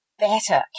better